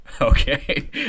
Okay